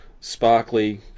sparkly